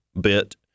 bit